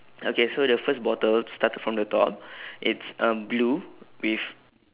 okay so the first bottle started from the top it's um blue with